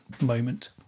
moment